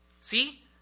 See